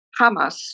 Hamas